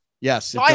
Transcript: Yes